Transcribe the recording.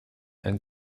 and